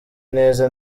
neza